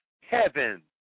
heaven